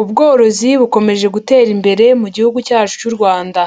Ubworozi bukomeje gutera imbere mu gihugu cyacu cy'u Rwanda.